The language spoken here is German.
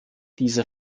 diese